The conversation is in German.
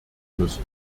müssen